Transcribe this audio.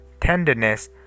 tenderness